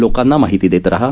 लोकांना माहिती देत राहा